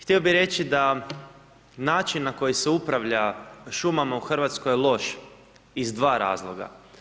Htio bih reći da način na koji se upravlja šumama u Hrvatskoj je loš iz dva razloga.